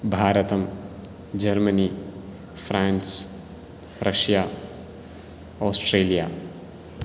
भारतम् Germany France Russia Australia